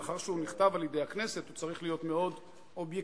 מאחר שהוא נכתב על-ידי הכנסת הוא צריך להיות מאוד אובייקטיבי,